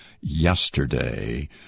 yesterday